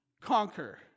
conquer